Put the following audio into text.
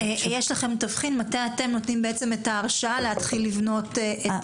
יש לכם תבחין מתי אתם נותנים את ההרשאה להתחיל לבנות את